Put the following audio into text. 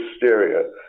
hysteria